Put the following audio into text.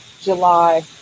July